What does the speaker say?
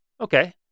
Okay